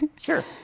sure